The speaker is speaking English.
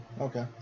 Okay